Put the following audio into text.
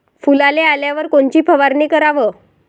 फुलाले आल्यावर कोनची फवारनी कराव?